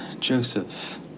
Joseph